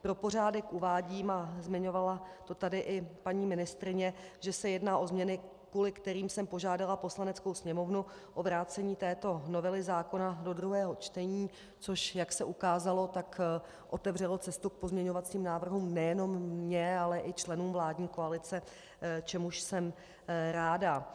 Pro pořádek uvádím, a zmiňovala to tady i paní ministryně, že se jedná o změny, kvůli kterým jsem požádala Poslaneckou sněmovnu o vrácení této novely zákona do druhého čtení, což, jak se ukázalo, otevřelo cestu k pozměňovacím návrhům nejenom mně, ale i členům vládní koalice, čemuž jsem ráda.